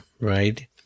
right